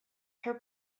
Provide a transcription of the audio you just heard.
her